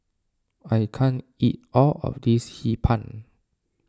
I can't eat all of this Hee Pan